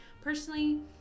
personally